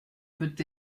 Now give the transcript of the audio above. peut